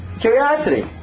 curiosity